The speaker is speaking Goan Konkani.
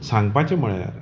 सांगपाचें म्हळ्यार